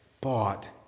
bought